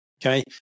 Okay